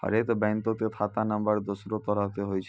हरेक बैंको के खाता नम्बर दोसरो तरह के होय छै